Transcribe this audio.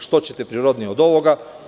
Šta ćete prirodnije od ovoga?